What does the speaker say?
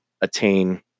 attain